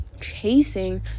chasing